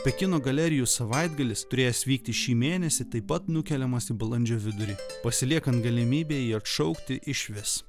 pekino galerijų savaitgalis turėjęs vykti šį mėnesį taip pat nukeliamas į balandžio vidurį pasiliekant galimybę jį atšaukti išvis